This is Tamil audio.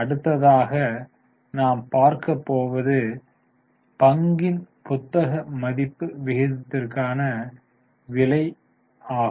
அடுத்ததாக நாம் பார்க்க போவது பங்கின் புத்தக மதிப்பு விகிதத்திற்கான விலை ஆகும்